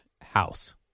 house